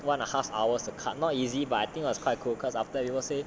one and a half hours of cut not easy but I think I was quite cool because after people say